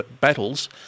battles